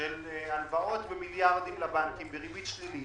של הלוואות במיליארדים לבנקים,